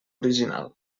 original